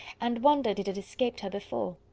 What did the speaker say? and wondered it had escaped her before.